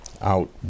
out